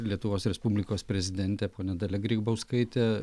lietuvos respublikos prezidentė ponia dalia grybauskaitė